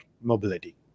mobility